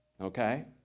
okay